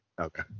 Okay